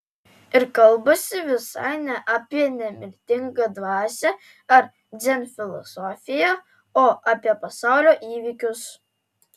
ir kalbasi visai ne apie nemirtingą dvasią ar dzen filosofiją o apie pasaulio įvykius